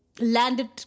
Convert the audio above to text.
landed